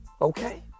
Okay